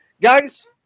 guys